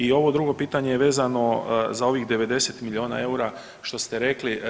I ovo drugo pitanje je vezano za ovih 90 milijuna eura što ste rekli.